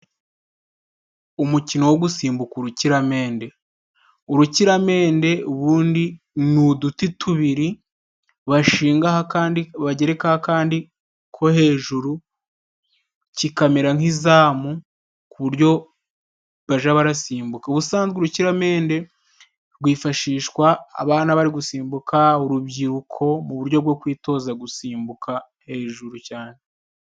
Umukino wo gusimbuka urukiramende, urukiramende ubundi ni uduti tubiri bashingaho akandi, bagerekaho akandi ko hejuru kikamera nk'izamu, ku buryo baja barasimbuka. Ubusanzwe urukiramende rwifashishwa abana bari gusimbuka, urubyiruko mu buryo bwo kwitoza gusimbuka hejuru cyane.